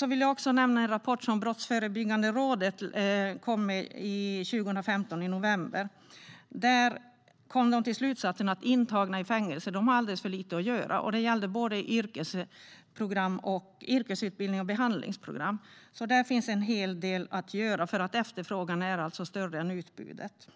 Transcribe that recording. Jag vill nämna en rapport som Brottsförebyggande rådet kom med i november 2015. Där kom de till slutsatsen att intagna på fängelse har alldeles för lite att göra. Det gäller både i yrkesutbildning och i behandlingsprogram. Så där finns en hel del att göra, för efterfrågan är alltså större än utbudet.